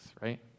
right